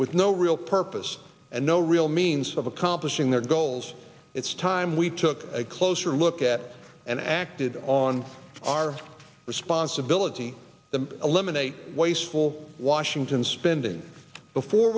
with no real purpose and no real means of accomplishing their goals it's time we took a closer look at and acted on our responsibility to eliminate wasteful washington spending before